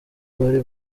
bari